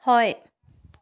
হয়